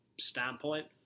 standpoint